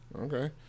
Okay